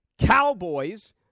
Cowboys